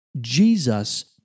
Jesus